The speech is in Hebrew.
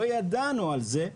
לא ידענו על זה,